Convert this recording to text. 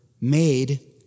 made